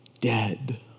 dead